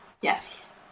Yes